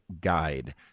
guide